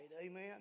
Amen